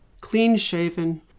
clean-shaven